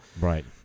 right